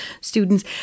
students